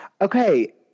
Okay